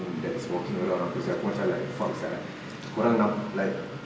that's walking around aku sia aku macam like fuck sia korang like